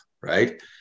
right